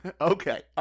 Okay